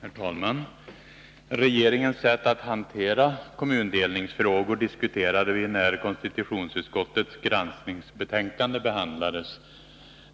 Herr talman! Regeringens sätt att hantera kommundelningsfrågor diskuterade vi när konstitutionsutskottets granskningsbetänkande behandlades.